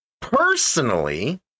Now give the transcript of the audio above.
personally